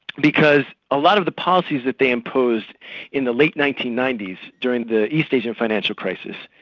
because a lot of the policies that they imposed in the late nineteen ninety s, during the east asia financial crisis,